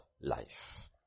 life